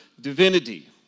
divinity